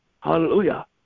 Hallelujah